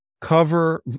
cover